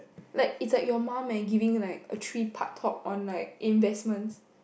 like is like your mum and giving a three part talk on like investments